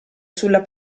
sulla